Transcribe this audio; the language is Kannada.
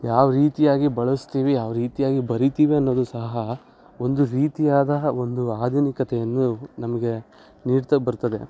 ಯಾವ ರೀತಿಯಾಗಿ ಬಳಸ್ತೀವಿ ಯಾವ ರೀತಿಯಾಗಿ ಬರೀತೀವಿ ಅನ್ನೋದು ಸಹ ಒಂದು ರೀತಿಯಾದ ಒಂದು ಆಧುನಿಕತೆಯನ್ನು ನಮಗೆ ನೀಡ್ತಾ ಬರ್ತದೆ